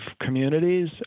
communities